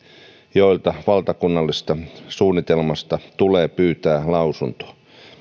joilta valtakunnallisesta suunnitelmasta tulee pyytää lausunto